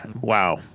Wow